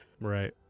Right